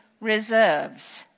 reserves